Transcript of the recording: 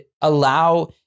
allow